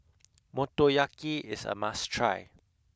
Motoyaki is a must try